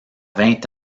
vingt